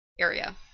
area